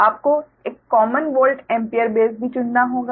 आपको एक common volt ampere base भी चुनना होगा